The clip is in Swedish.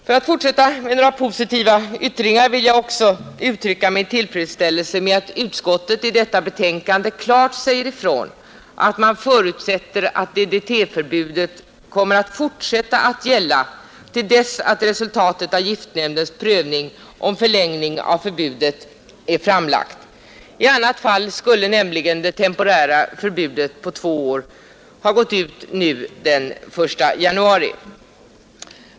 För att fortsätta med några positiva yttringar vill jag också uttrycka min tillfredsställelse med att utskottet i detta betänkande klart säger ifrån att man förutsätter att DDT-förbudet kommer att fortsätta att gälla till dess att resultatet av giftnämndens prövning om förlängning av förbudet är framlagt. I annat fall skulle nämligen det temporära förbudet på två år ha gått ut nu den 1 januari.